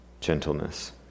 gentleness